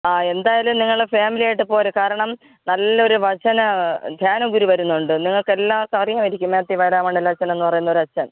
ആ എന്തായാലും നിങ്ങള് ഫാമിലിയായിട്ട് പോരേ കാരണം നല്ലൊരു വചന ധ്യാനഗുരു വരുന്നുണ്ട് നിങ്ങള്ക്കെല്ലാം അറിയുമായിരിക്കും മാത്യു വാരാമണ്ണിലച്ചന് എന്നു പറയുന്നൊരു അച്ചൻ